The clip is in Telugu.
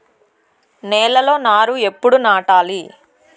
నేలలో నారు ఎప్పుడు నాటాలి?